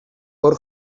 hor